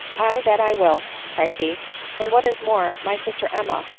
aye, that i will, cried he and what is more, my sister emma,